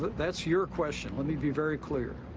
that's your question. let me be very clear.